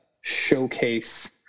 showcase